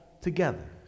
together